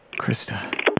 Krista